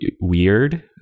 weird